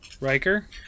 Riker